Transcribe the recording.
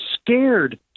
scared